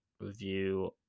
review